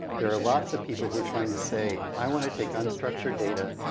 there are lots of people who are trying to say, i wanna take on structure data,